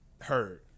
heard